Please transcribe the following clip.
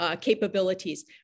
capabilities